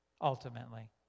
Ultimately